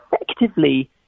effectively